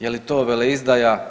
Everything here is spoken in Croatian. Je li to veleizdaja?